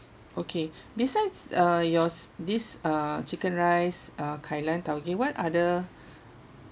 okay besides uh yours this uh chicken rice uh kai lan taugeh what other